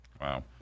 wow